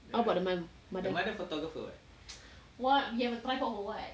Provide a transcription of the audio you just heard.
what about the mum mother what we have a tripod for what